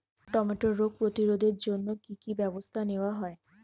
টমেটোর রোগ প্রতিরোধে জন্য কি কী ব্যবস্থা নেওয়া হয়?